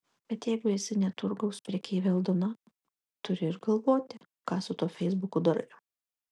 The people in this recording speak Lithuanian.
bet jeigu esi ne turgaus prekeivė aldona turi ir galvoti ką su tuo feisbuku darai